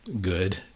good